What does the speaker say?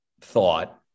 thought